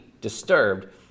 disturbed